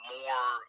more